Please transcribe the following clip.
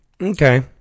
Okay